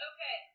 Okay